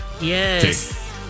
yes